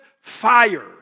fire